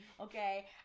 okay